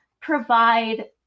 provide